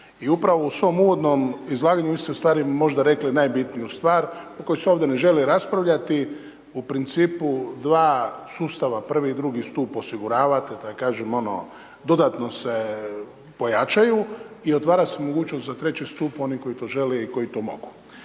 I upravo u svom izlaganju vi ste u stvari možda rekli najbitniju stvar o kojoj se ovdje ne žali raspravljati, u principu dva sustava prvi i drugi stup osiguravate da kažem ono dodatno se pojačaju i otvara se mogućnost za treći stup, oni koji to žele i koji to mogu.